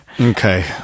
Okay